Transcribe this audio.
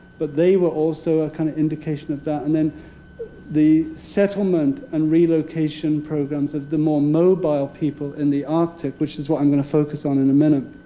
but they were also a kind of indication of that. and then the settlement and relocation programs of the more mobile people in the arctic, which is what i'm going to focus on in a minute,